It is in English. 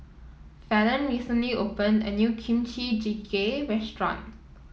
Falon recently opened a new Kimchi Jjigae Restaurant